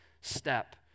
step